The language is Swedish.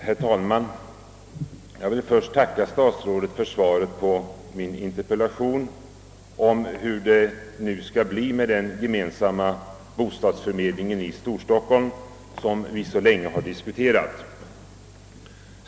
Herr talman! Jag ber att få tacka statsrådet för svaret på min interpellation om hur det skall bli med den ge mensamma bostadsförmedling i Storstockholm som vi så länge har diskuterat.